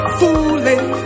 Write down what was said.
fooling